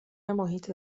محیط